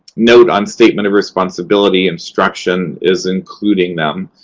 note on statement of responsibility instruction is including them.